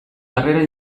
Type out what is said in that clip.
harrera